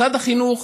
משרד החינוך